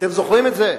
אתם זוכרים את זה?